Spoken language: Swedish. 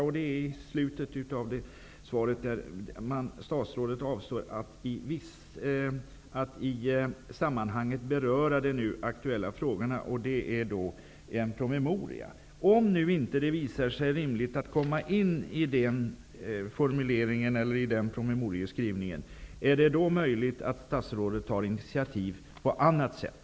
Statsrådet säger där att hon i samband med en departementspromemoria avser att beröra de nu aktuella frågorna. Om det nu inte visar sig rimligt att komma in i den promemorieskrivningen, kan statsrådet då ta initiativ på annat sätt?